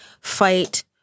fight